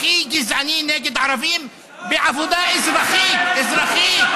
הכי גזעני נגד ערבים בעבודה אזרחית, אזרחית.